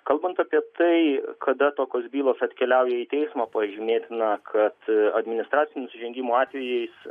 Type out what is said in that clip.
kalbant apie tai kada tokios bylos atkeliauja į teismą pažymėtina kad administracinių nusižengimų atvejais